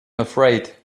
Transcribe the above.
afraid